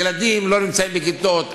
ילדים לא נמצאים בכיתות.